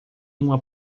uma